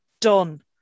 done